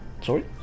Sorry